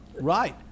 Right